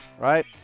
right